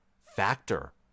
factor